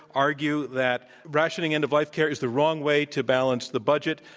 argue that rationing end-of-life care is the wrong way to balance the budget.